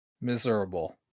Miserable